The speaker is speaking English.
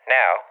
now